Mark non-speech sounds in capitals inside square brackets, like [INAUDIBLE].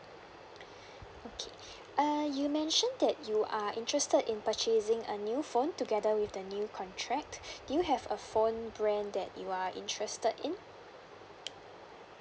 [BREATH] okay uh you mentioned that you are interested in purchasing a new phone together with the new contract [BREATH] do you have a phone brand that you are interested in